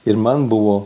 ir man buvo